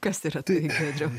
kas yra tai giedriau